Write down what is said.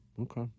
Okay